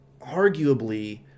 arguably